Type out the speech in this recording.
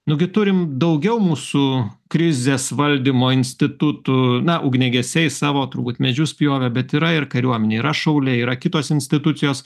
nu gi turim daugiau mūsų krizės valdymo institutų na ugniagesiai savo turbūt medžius pjovė bet yra ir kariuomenė yra šauliai yra kitos institucijos